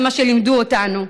זה מה שלימדו אותנו.